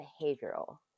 behavioral